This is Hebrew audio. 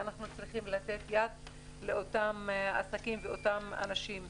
אנחנו צריכים לתת יד לאותם עסקים ואותם אנשים.